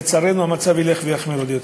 לצערנו המצב ילך ויחמיר עוד יותר.